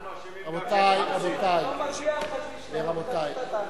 רבותי, רבותי.